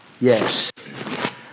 yes